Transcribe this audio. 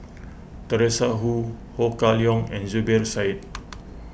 Teresa Hsu Ho Kah Leong and Zubir Said